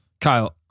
Kyle